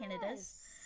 Canadas